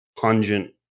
pungent